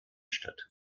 statt